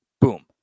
Boom